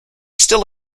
still